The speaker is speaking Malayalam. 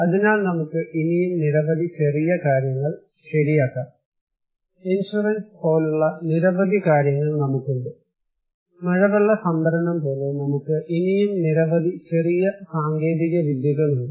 അതിനാൽ നമുക്ക് ഇനിയും നിരവധി ചെറിയ കാര്യങ്ങൾ ശരിയാക്കാം ഇൻഷുറൻസ് പോലുള്ള നിരവധി കാര്യങ്ങൾ നമുക്കുണ്ട് മഴവെള്ള സംഭരണം പോലെ നമുക്ക് ഇനിയും നിരവധി ചെറിയ സാങ്കേതികവിദ്യകൾ ഉണ്ട്